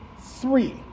three